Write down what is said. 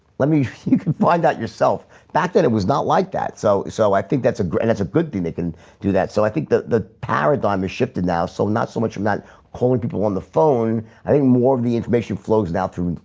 let me you can find out yourself back, then it was not like that. so so i think that's a that's a good thing. they can do that so i think the the paradigm is shifted now, so not so much. i'm not calling people on the phone i think more of the information flows now through and